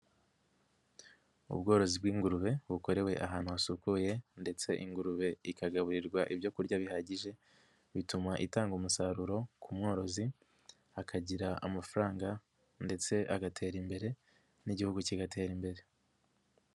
Ubworozi bw'ingurube bukorewe ahantu hasukuye ndetse ingurube ikagaburirwa ibyoku kurya bihagije, bituma itanga umusaruro ku mworozi akagira amafaranga ndetse agatera imbere n'Igihugu kigatera imbere.